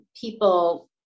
people